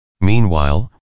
Meanwhile